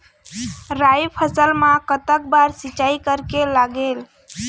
राई फसल मा कतक बार सिचाई करेक लागेल?